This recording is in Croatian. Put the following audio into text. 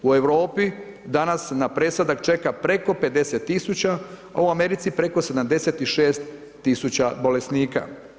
U Europi, danas na presadak čeka preko 50 tisuća a u Americi preko 76 tisuća bolesnika.